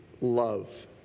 love